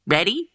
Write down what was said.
Ready